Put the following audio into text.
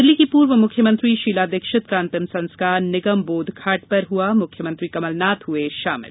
दिल्ली की पूर्व मुख्यमंत्री शीला दीक्षित का अंतिम संस्कार निगम बोध घाट पर हुआ मुख्यमंत्री कमलनाथ हुए शामिल